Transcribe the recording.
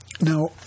Now